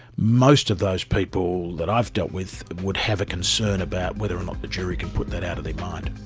most of those people that i've dealt with would have a concern about whether or not a jury can put that out of their mind.